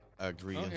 agree